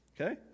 Okay